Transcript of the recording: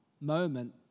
moment